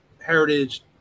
heritage